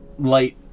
light